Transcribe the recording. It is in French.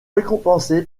récompensés